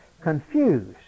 confused